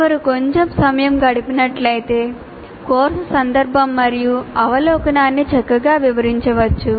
ఒకరు కొంచెం సమయం గడిపినట్లయితే కోర్సు సందర్భం మరియు అవలోకనాన్ని చక్కగా వివరించవచ్చు